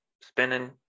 spinning